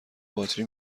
باطری